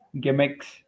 gimmicks